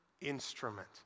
Instrument